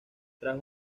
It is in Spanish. tras